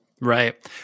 Right